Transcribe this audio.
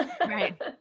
Right